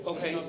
Okay